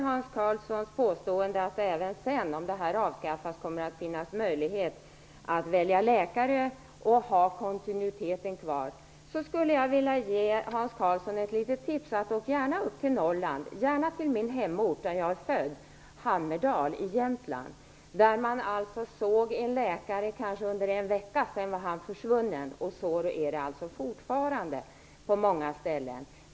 Hans Karlsson påstår att det även efter ett avskaffande av detta kommer att finnas möjlighet att välja läkare och att behålla kontinuiteten. Jag skulle då vilja ge Hans Karlsson ett litet tips: Åk gärna upp till Norrland - gärna till den ort där jag är född, Hammerdal i Jämtland, där man hade en läkare kanske en vecka. Sedan var läkaren försvunnen. Så är det fortfarande på många ställen.